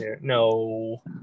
No